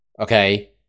okay